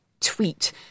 tweet